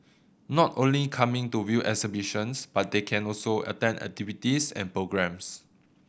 not only coming to view exhibitions but they can also attend activities and programmes